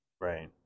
Right